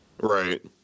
Right